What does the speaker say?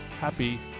happy